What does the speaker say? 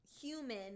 human